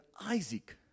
Isaac